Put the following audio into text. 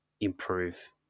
improve